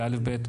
זה א'-ב'.